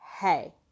hey